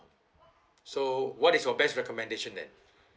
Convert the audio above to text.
so what is your best recommendation then